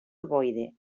ovoide